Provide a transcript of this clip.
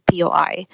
POI